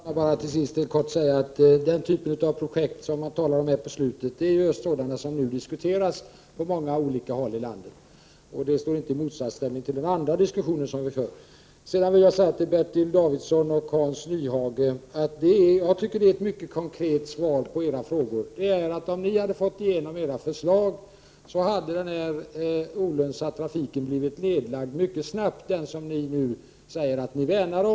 Herr talman! Låt mig bara till sist helt kort säga att den typ av projekt som berörts nu i slutet av debatten är just sådana som nu diskuteras på många olika håll i landet. De står inte i motsats till den andra diskussion som vi för. Sedan vill jag säga några ord till Bertil Danielsson och Hans Nyhage. Jag tycker att ett mycket konkret svar på era frågor är att om ni hade fått igenom era förslag hade den olönsamma trafik som ni nu säger att ni värnar mycket snabbt blivit nedlagd.